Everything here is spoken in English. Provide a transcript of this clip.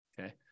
Okay